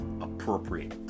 appropriate